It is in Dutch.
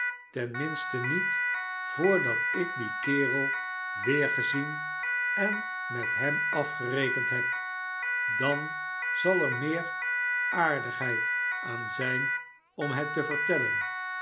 minste niet voordat ik dien kerel weergezien en met hem afgerekend heb dan zal er meer aardigheid aan zijn om het te vertellen